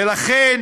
ולכן